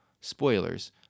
spoilers